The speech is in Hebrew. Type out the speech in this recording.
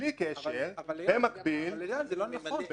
בלי קשר, במקביל --- אייל, זה לא נכון.